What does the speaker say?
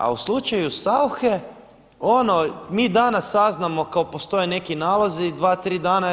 A u slučaju Sauche ono mi danas saznamo kao postoje neki nalozi, dva, tri dana.